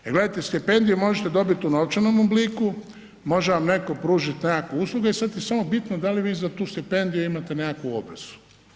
Jer gledajte stipendiju možete dobiti u novčanom obliku, može vam netko pružiti neku uslugu i sad je samo bitno da li vi za tu stipendiju imate nekakvu obvezu.